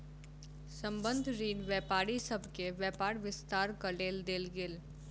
संबंद्ध ऋण व्यापारी सभ के व्यापार विस्तारक लेल देल गेल